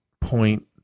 point